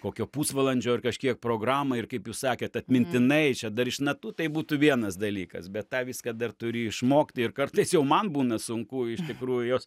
kokio pusvalandžio ar kažkiek programą ir kaip jūs sakėt atmintinai čia dar iš natų tai būtų vienas dalykas bet tą viską dar turi išmokti ir kartais jau man būna sunku iš tikrųjų jos